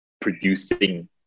producing